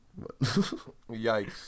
Yikes